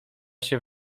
się